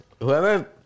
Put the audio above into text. Whoever